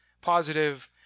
positive